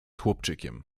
chłopczykiem